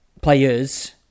players